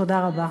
תודה רבה.